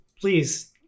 please